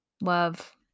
love